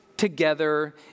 Together